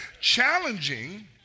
Challenging